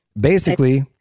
basically-